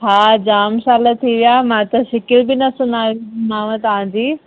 हा जाम साल थी विया मां त शिकिलि बि न सुञाणी माव तव्हांजी